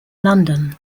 london